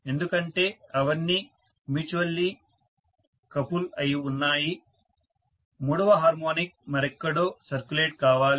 ఎందుకంటే అవన్నీ mutually couple అయి ఉన్నాయి మూడవ హార్మోనిక్ మరెక్కడో సర్క్యులేట్ కావాలి